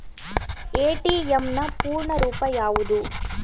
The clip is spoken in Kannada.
ಎ.ಟಿ.ಎಂ ನ ಪೂರ್ಣ ರೂಪ ಯಾವುದು?